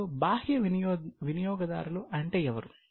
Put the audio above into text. ఇప్పుడు బాహ్య వినియోగదారులు అంటే ఎవరు